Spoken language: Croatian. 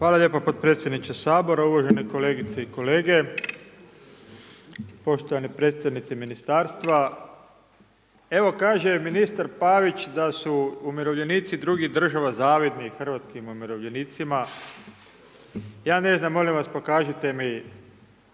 Hvala lijepo potpredsjedniče Sabora, uvažene kolegice i kolege, poštovani predstavnici Ministarstva. Evo, kaže ministar Pavić da su umirovljenici drugih država zavidni hrvatskim umirovljenicima. Ja ne znam, molim vas pokažite mi